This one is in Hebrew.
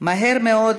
מהר מאוד